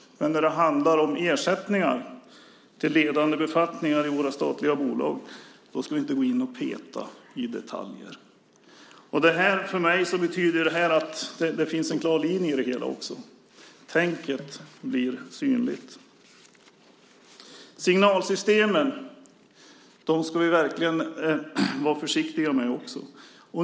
Men när det handlar om ersättningar till personer i ledande befattningar i våra statliga bolag ska vi inte gå in och peta i detaljer. För mig betyder det här att det finns en klar linje i det hela. Tänket blir synligt. Signalsystemen ska vi verkligen vara försiktiga med.